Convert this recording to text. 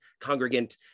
Congregant